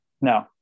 No